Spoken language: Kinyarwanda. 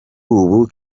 ubu